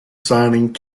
signing